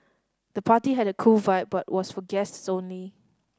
the party had a cool vibe but was for guests only